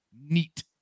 Neat